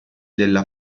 della